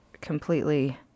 completely